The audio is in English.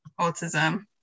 autism